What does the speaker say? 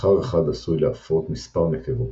זכר אחד עשוי להפרות מספר נקבות,